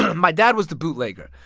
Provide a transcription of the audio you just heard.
my dad was the bootlegger.